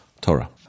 Torah